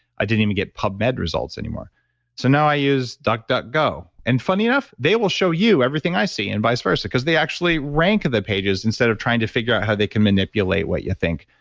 i didn't even get pubmed results anymore so now i use duckduckgo. and funny enough, they will show you everything i see, and vice versa. because they actually rank the pages, instead of trying to figure how they can manipulate what you think.